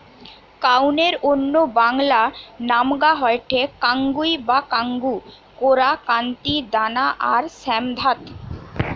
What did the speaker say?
কাউনের অন্য বাংলা নামগা হয়ঠে কাঙ্গুই বা কাঙ্গু, কোরা, কান্তি, দানা আর শ্যামধাত